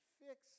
fix